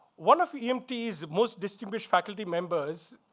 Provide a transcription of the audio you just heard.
one of emt's most distinguished faculty members,